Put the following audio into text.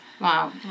Wow